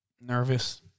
nervous